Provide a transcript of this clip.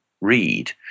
read